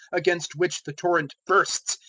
against which the torrent bursts,